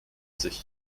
sich